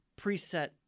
preset